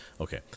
Okay